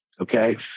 okay